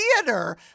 Theater